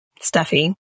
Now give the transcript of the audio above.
stuffy